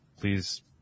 please